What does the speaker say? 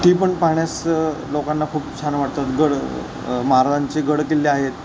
ती पण पाहण्यास लोकांना खूप छान वाटतात गड मार्गांचे गडकिल्ले आहेत